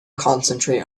concentrate